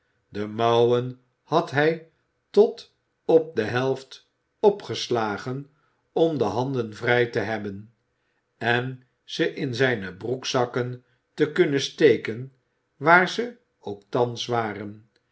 de mouwen had hij tot op de helft opgeslagen om de handen vrij te hebben en ze in zijne broekzakken te kunnen steken waar ze ook thans waren